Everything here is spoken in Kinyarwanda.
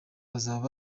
bazaba